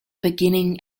beginning